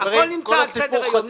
הכול נמצא על סדר היום.